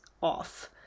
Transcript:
off